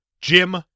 Jim